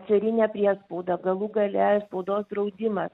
carinę priespaudą galų gale spaudos draudimas